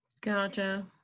Gotcha